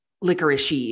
licorice